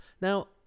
Now